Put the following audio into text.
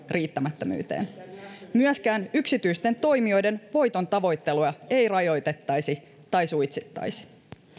riittämättömyyteen myöskään yksityisten toimijoiden voitontavoittelua ei rajoitettaisi tai suitsittaisi